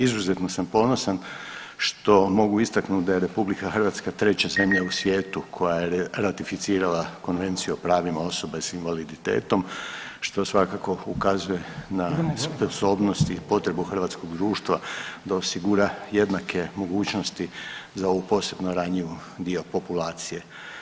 Izuzetno sam ponosan što mogu istaknut da je RH treća zemlja u svijetu koja je ratificirala Konvenciju o pravima osoba s invaliditetom, što svakako ukazuje na sposobnosti i potrebu hrvatskog društva da osigura jednake mogućosti za ovu posebno ranjivu dio populacije.